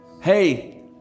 hey